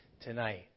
tonight